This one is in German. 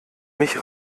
mich